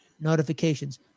notifications